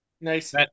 Nice